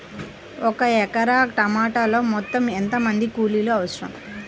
ఒక ఎకరా టమాటలో మొత్తం ఎంత మంది కూలీలు అవసరం?